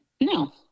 No